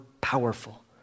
powerful